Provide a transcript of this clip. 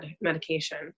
medication